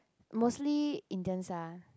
mostly Indians ah